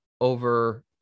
over